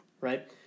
right